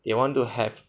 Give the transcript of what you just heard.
they want to have